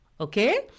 Okay